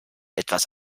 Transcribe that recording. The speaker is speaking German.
etwas